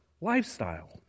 lifestyle